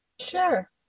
Sure